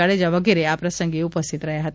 જાડેજા વગેરે આ પ્રસંગે ઉપસ્થિત હતા